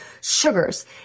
sugars